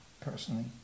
personally